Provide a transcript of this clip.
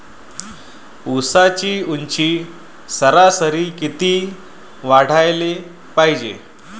ऊसाची ऊंची सरासरी किती वाढाले पायजे?